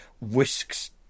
whisks